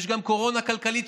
יש גם קורונה כלכלית,